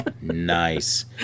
Nice